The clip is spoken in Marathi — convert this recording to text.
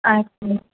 अच्छा